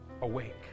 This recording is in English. awake